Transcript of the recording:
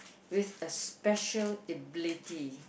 with a special ability